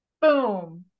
Boom